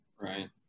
Right